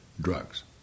drugs